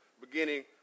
beginning